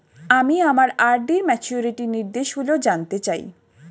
আমি আমার আর.ডি র ম্যাচুরিটি নির্দেশগুলি জানতে চাই